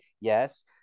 Yes